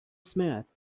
smith